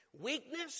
Weakness